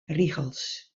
rigels